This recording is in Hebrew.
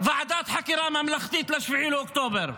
ועדת חקירה ממלכתית ל-7 באוקטובר.